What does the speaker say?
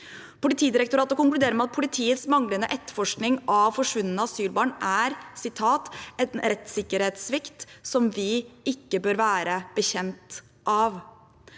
Olsvik konkluderer med at politiets manglende etterforskning av forsvunne asylbarn er «en rettssikkerhetssvikt som vi ikke bør være bekjent av».